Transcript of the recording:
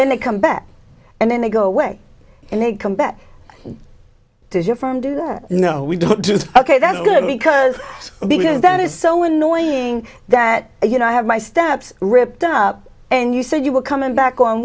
then they come back and then they go away and they combat does your firm do that no we don't just ok that's good because because that is so annoying that you know i have my steps ripped up and you said you were coming back on